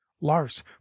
lars